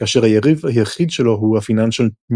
כאשר היריב היחיד שלו הוא ה-Financial News..